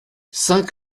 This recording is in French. saint